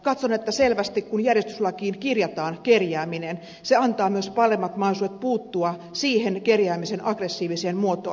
katson että kun selvästi järjestyslakiin kirjataan kerjääminen se antaa myös paremmat mahdollisuudet puuttua siihen kerjäämisen aggressiiviseen muotoon